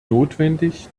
notwendig